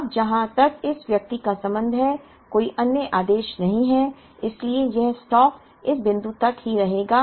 अब जहां तक इस व्यक्ति का संबंध है कोई अन्य आदेश नहीं है इसलिए यह स्टॉक इस बिंदु तक ही रहेगा